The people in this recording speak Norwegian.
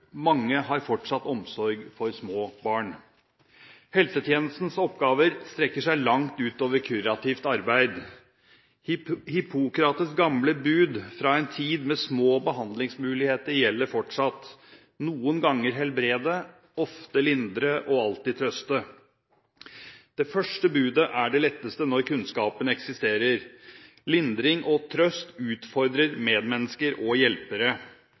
Mange har fortsatt omsorg for små barn. Helsetjenestenes oppgaver strekker seg langt utover kurativt arbeid. Hippokrates’ gamle bud fra en tid med små behandlingsmuligheter gjelder fortsatt: noen ganger helbrede, ofte lindre og alltid trøste. Det første budet er det letteste når kunnskapen eksisterer. Lindring og trøst utfordrer medmennesker og hjelpere.